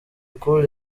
cool